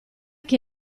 che